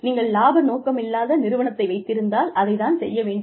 நீங்கள் இலாப நோக்கமில்லாத நிறுவனத்தை வைத்திருந்தால் அதை தான் செய்ய வேண்டும்